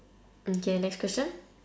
okay next question